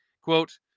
Quote